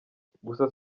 gusa